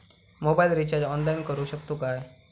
Mobile recharge online करुक शकतू काय?